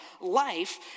life